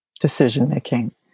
decision-making